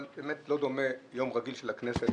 אבל אינו דומה יום רגיל של הכנסת,